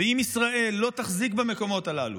ואם ישראל לא תחזיק במקומות הללו,